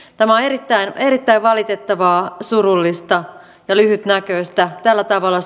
tämä on on erittäin erittäin valitettavaa surullista ja lyhytnäköistä tällä tavalla